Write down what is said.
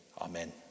Amen